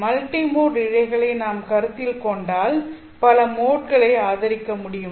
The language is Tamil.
மல்டிமோட் இழைகளை நாம் கருத்தில் கொண்டால் பல மோட்களை ஆதரிக்க முடியும்